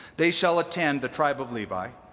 they shall attend the tribe of levi.